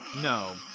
no